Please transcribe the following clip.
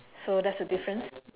so that's the difference